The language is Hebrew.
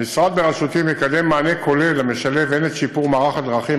המשרד בראשותי מקדם מענה כולל המשלב הן את שיפור מערך הדרכים